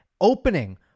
Opening